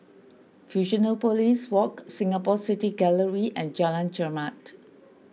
Fusionopolis Walk Singapore City Gallery and Jalan Chermat